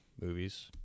movies